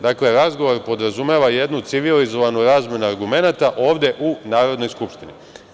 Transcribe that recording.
Dakle, razgovor podrazumeva jednu civilizovanu razmenu argumenata ovde u Narodnoj skupštini.